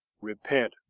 repent